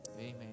Amen